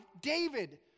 David